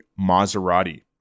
Maserati